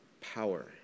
power